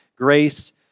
Grace